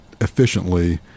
efficiently